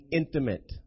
intimate